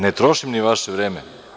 Ne trošim vaše vreme.